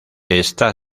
está